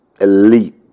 elite